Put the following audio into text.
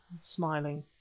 smiling